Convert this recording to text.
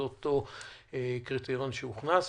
זה אותו קריטריון שהוכנס,